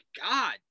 God